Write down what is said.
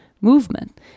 movement